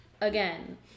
again